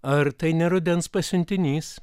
ar tai ne rudens pasiuntinys